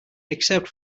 except